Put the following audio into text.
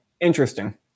interesting